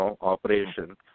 operation